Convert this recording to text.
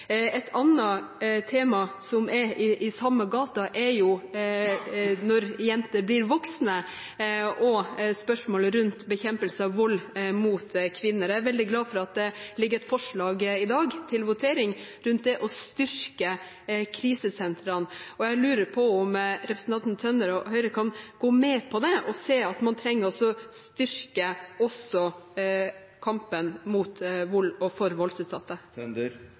Et annet tema som er i samme gate, gjelder voksne jenter og spørsmålet rundt bekjempelse av vold mot kvinner. Jeg er veldig glad for at det ligger et forslag til votering i dag om å styrke krisesentrene. Jeg lurer på om representanten Tønder og Høyre kan gå med på det og se at man trenger å styrke også kampen mot vold og